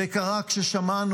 זה קרה כששמענו